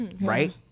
Right